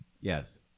Yes